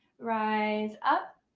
rise up.